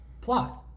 Plot